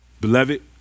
beloved